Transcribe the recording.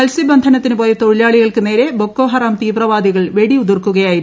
മത്സ്യബന്ധ്യന്ത്തിനുപോയ തൊഴിലാളികൾക്ക് നേരെ ബോക്കാഹറം തീവ്രവാദിക്കൾ വെടി ഉതിർക്കുകയായിരുന്നു